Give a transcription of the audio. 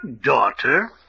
daughter